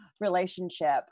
relationship